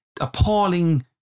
appalling